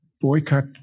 Boycott